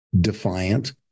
defiant